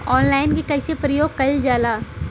Online के कइसे प्रयोग कइल जाला?